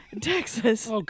Texas